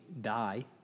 die